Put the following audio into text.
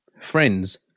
friends